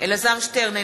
אלעזר שטרן,